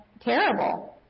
terrible